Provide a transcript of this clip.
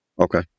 Okay